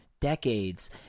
decades